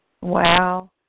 Wow